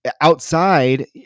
outside